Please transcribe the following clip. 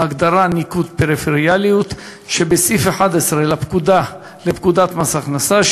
בהגדרה "ניקוד פריפריאליות" שבסעיף 11 לפקודת מס הכנסה,